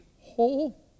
whole